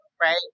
right